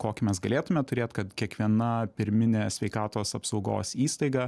kokį mes galėtume turėt kad kiekviena pirminė sveikatos apsaugos įstaiga